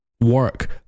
work